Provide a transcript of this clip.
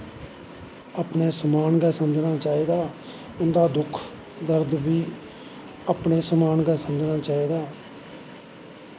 अपनें समान गै समझनां चाही दा उंदा दुख दर्द बी अपनें समान गै समझनां चाही दा